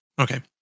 Okay